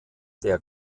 der